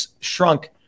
shrunk